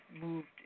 moved